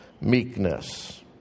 Meekness